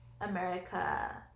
America